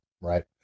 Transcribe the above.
right